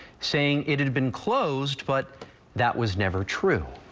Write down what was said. saying it had been closed, but that was never true.